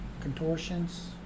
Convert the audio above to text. contortions